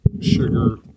sugar